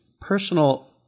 personal